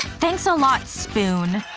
thanks a lot, spoon.